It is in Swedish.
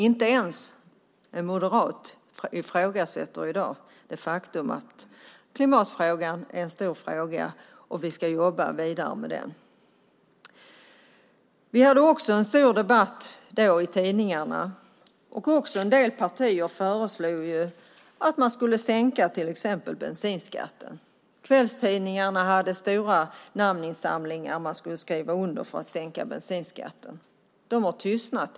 Inte ens en moderat ifrågasätter i dag det faktum att klimatfrågan är en stor fråga och att vi ska jobba vidare med den. Vi hade också en stor debatt i tidningarna, och en del partier föreslog att man skulle sänka till exempel bensinskatten. Kvällstidningarna hade stora namninsamlingar om sänkt bensinskatt. De har nu tystnat.